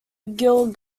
gil